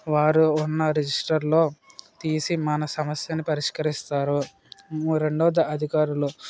వారు ఉన్నా రిజిస్టర్ లో తీసి మన సమస్యను పరిష్కరిస్తారు రెండవది అధికారులు